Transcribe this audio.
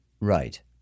Right